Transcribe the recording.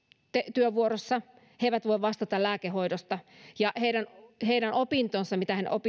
työvuorossa he eivät voi vastata lääkehoidosta heidän heidän opinnoistaan mitä he